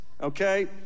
Okay